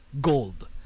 gold